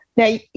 Now